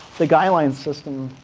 the guideline system.